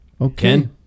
Okay